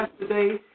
yesterday